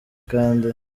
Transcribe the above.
kandi